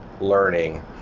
learning